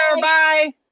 Bye